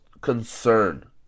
concern